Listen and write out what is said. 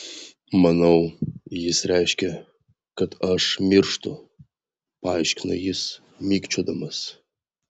manau jis reiškia kad aš mirštu paaiškino jis mikčiodamas